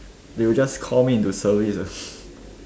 they will just call me into service ah